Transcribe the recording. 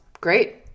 Great